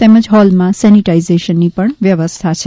તેમજ હોલમાં સેનીટાઇઝેશનની પણ વ્યવસ્થા છે